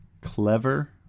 Clever